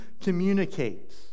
communicates